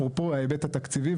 אפרופו ההיבט התקציבי,